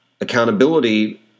Accountability